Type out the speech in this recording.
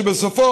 שבסופו,